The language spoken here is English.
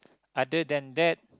other than that